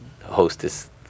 hostess